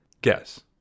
Guess